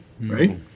right